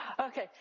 Okay